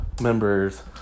members